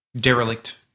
derelict